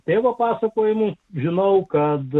tėvo pasakojimų žinau kad